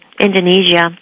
Indonesia